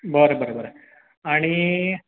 बरें बरें बरें आनी